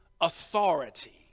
authority